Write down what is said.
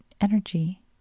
energy